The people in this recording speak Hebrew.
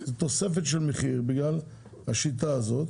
אבל בגלל השיטה הזאת